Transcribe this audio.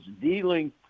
dealing